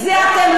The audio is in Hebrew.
אתה עולה לדבר.